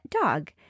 dog